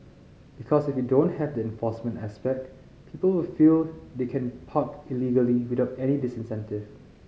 because if you don't have the enforcement aspect people will feel they can park illegally without any disincentive